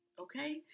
okay